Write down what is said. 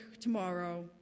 tomorrow